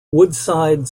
woodside